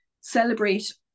celebrate